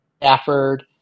Stafford